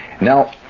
Now